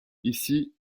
ici